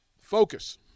Focus